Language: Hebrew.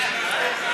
זה היה יאיר לפיד.